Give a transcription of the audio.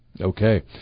Okay